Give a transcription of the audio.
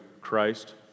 Christ